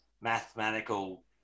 mathematical